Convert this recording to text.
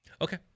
okay